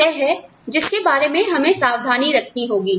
तो यह है जिसके बारे में हमें सावधानी रखनी होगी